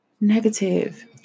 negative